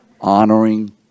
Honoring